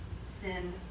sin